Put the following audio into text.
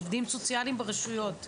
עובדים סוציאליים ברשויות.